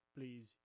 Please